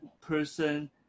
person